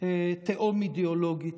תהום אידיאולוגית,